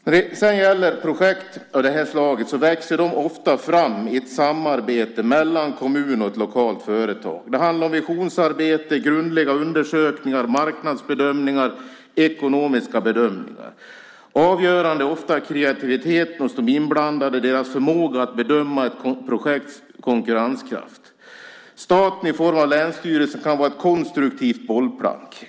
När det gäller sådana projekt som Tre toppar växer de ofta fram genom ett samarbete mellan kommunen och ett lokalt företag. Det handlar om visionsarbete, grundliga undersökningar, marknadsbedömningar och ekonomiska bedömningar. Avgörande är ofta kreativitet hos de inblandade och deras förmåga att bedöma ett projekts konkurrenskraft. Staten i form av länsstyrelsen kan vara ett konstruktivt bollplank.